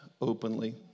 openly